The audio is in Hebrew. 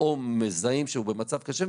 או מזהים שאדם במצב קשה,